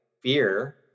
fear